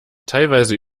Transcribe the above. teilweise